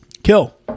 Kill